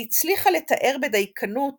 היא הצליחה לתאר בדייקנות